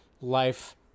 life